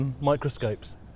microscopes